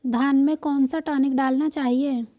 धान में कौन सा टॉनिक डालना चाहिए?